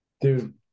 Dude